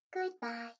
Goodbye